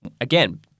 again